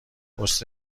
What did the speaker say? پست